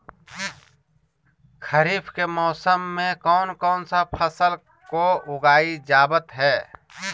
खरीफ के मौसम में कौन कौन सा फसल को उगाई जावत हैं?